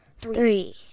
Three